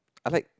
I like